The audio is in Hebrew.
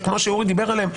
כמו שאורי דיבר עליהם,